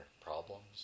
problems